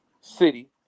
city